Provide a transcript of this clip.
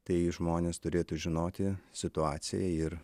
tai žmonės turėtų žinoti situaciją ir